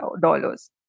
dollars